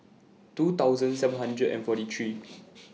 two thousand seven hundred and forty three